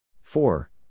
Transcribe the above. four